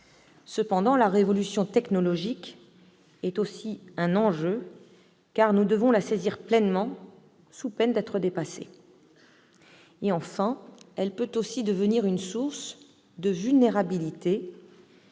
Cependant, la révolution technologique est aussi un enjeu, car nous devons la saisir pleinement, sous peine d'être dépassés. Enfin, elle peut également devenir une source de vulnérabilité.